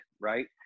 right